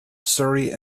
surrey